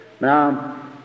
Now